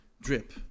drip